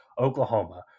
Oklahoma